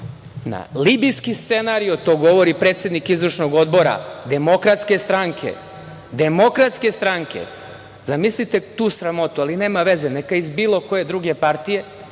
na libijski scenario. To govori predsednik Izvršnog odbora Demokratske stranke, zamislite tu sramotu, ali nema veze, neka je iz bilo koje druge partije,